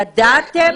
ידעתם